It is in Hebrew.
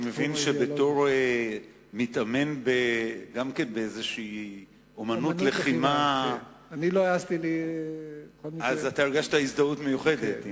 אני מבין שבתור מתאמן באיזו אמנות לחימה הרגשת הזדהות מיוחדת.